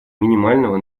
минимального